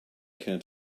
can